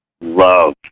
love